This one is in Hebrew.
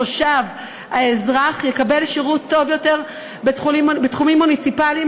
התושב האזרח יקבל שירות טוב יותר בתחומים מוניציפליים,